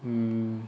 mm